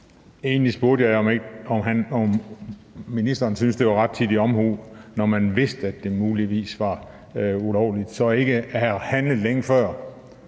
Egentlig spurgte jeg, om ministeren syntes, det var rettidig omhu, når man vidste, at det muligvis var ulovligt, så ikke at have handlet længe før,